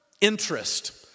interest